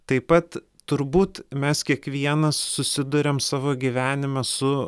taip pat turbūt mes kiekvienas susiduriam savo gyvenime su